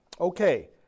Okay